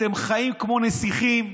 אתם חיים כמו נסיכים,